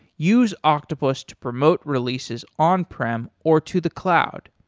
use octopus to promote releases on prem or to the cloud.